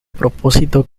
propósito